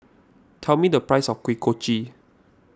tell me the price of Kuih Kochi